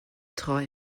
treu